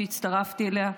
שהצטרפתי אליה.